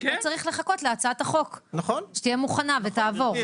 צריך לחכות להצעת החוק שתהיה מוכנה ותעבור.